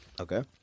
Okay